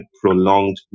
prolonged